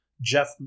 Jeff